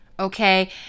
Okay